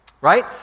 right